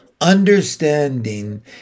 Understanding